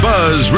Buzz